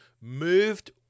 moved